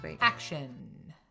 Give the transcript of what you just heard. action